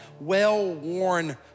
well-worn